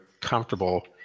comfortable